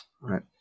right